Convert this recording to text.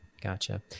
Gotcha